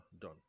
done